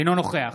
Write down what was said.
אינו נוכח